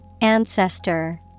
Ancestor